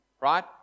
right